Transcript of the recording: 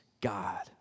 God